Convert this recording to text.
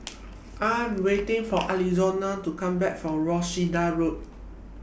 I Am waiting For Alonzo to Come Back from Worcester Road